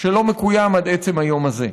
שלא מקוים עד עצם היום הזה.